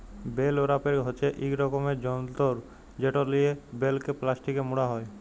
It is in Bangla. বেল ওরাপের হছে ইক রকমের যল্তর যেট লিয়ে বেলকে পেলাস্টিকে মুড়া হ্যয়